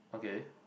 okay